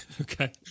Okay